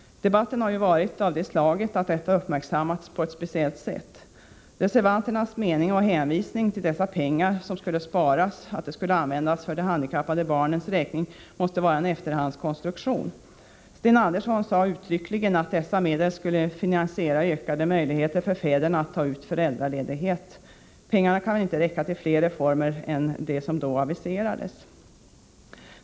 Debatten har varit av det slaget att detta förslag har uppmärksammats på ett speciellt sätt. Reservanternas mening och hänvisning till att de pengar som skulle sparas skulle användas för de handikappade barnens räkning måste vara en efterhandskonstruktion. Sten Andersson sade uttryckligen att dessa medel skulle finansiera ökade möjligheter för fäderna att ta ut föräldraledighet. Pengarna kan väl inte räcka till fler reformer än de som då aviserades?